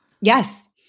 Yes